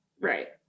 Right